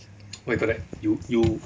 what you call that you you